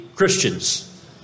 Christians